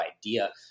idea